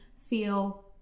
feel